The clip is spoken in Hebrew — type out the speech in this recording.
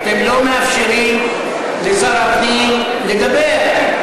אתם לא מאפשרים לשר הפנים לדבר.